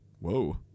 Whoa